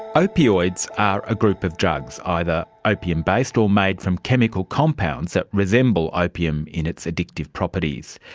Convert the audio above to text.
opioids are a group of drugs, either opium based or made from chemical compounds that resemble opium in its addictive properties.